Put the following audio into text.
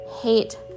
hate